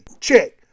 check